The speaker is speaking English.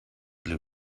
blue